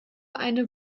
eine